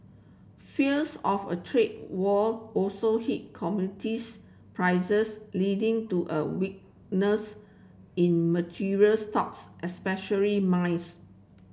fears of a trade war also hit commodities prices leading to a weakness in materials stocks especially mines